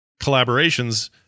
collaborations